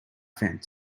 fence